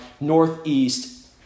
Northeast